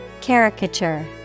Caricature